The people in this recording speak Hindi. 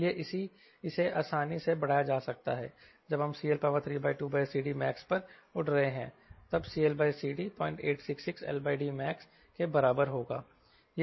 इसलिए इसे आसानी से बढ़ाया जा सकता है जब हम CL32CDmax पर उड़ रहे हैं तब CLCD 0866 LDmax के बराबर होगा